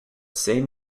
same